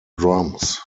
drums